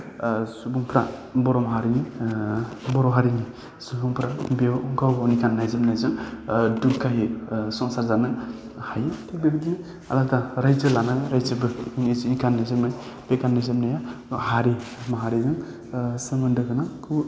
सुबुंफ्रा बर' माहारिनि बर' हारिनि सुबुंफ्रा बेयाव गाव गावनि गाननाय जोमनायजों दुगायो संसार जानो हायो थिक बिबदिनो आलादा रायजो लानानै रायजोफोर निजिनि गाननाय जोमनाय बे गाननाय जोमनाया मा हारि माहारिजों सोमोन्दो गोनांखौ